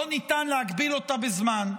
לא ניתן להגביל אותה בזמן.